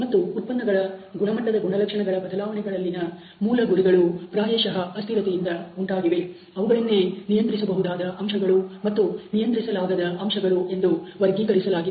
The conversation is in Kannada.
ಉತ್ಪನ್ನಗಳProduct's ಗುಣಮಟ್ಟದ ಗುಣಲಕ್ಷಣಗಳ ಬದಲಾವಣೆಗಳಲ್ಲಿನ ಮೂಲ ಗುರಿಗಳು ಪ್ರಾಯಶಹ ಅಸ್ಥಿರತೆಯಿಂದ ಉಂಟಾಗಿವೆ ಅವುಗಳನ್ನೇ ನಿಯಂತ್ರಿಸಬಹುದಾದ ಅಂಶಗಳು ಮತ್ತು ನಿಯಂತ್ರಿಸಲಾಗದ ಅಂಶಗಳು ಎಂದು ವರ್ಗೀಕರಿಸಲಾಗಿದೆ